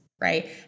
Right